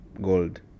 gold